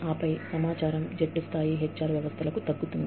ఆపై సమాచారం జట్టు స్థాయి HR వ్యవస్థలకు తగ్గుతుంది